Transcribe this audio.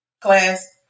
class